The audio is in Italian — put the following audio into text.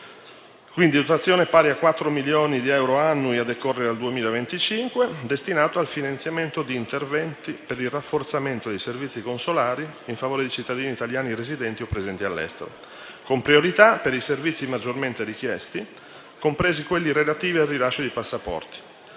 una dotazione pari a quattro milioni di euro annui a decorrere dal 2025, destinata al finanziamento di interventi per il rafforzamento dei servizi consolari in favore di cittadini italiani residenti o presenti all'estero, con priorità per i servizi maggiormente richiesti, compresi quelli relativi al rilascio di passaporti.